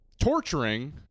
torturing